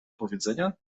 powiedzenia